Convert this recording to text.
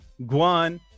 Guan